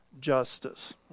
justice